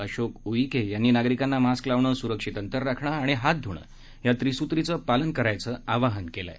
अशोक उईके यांनी नागरिकांना मास्क लावणं सुरक्षित अंतर राखण आणि हात धुणं या त्रिसूत्रीचं पालन करण्याचं आवाहन केलंय